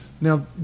Now